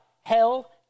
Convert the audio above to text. hell